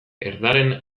erdaren